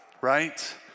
right